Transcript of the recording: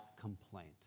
complaint